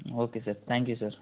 okay sir thank you sir